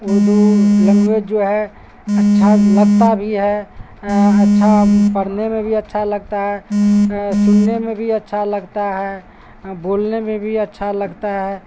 Urdu language جو ہے اچھا لگتا بھی ہے اچھا پڑھنے میں بھی اچھا لگتا ہے سننے میں بھی اچھا لگتا ہے بولنے میں بھی اچھا لگتا ہے